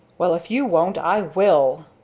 well if you won't i will!